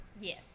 yes